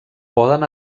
poden